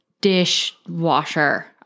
dishwasher